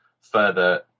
further